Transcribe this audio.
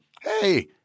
hey